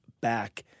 back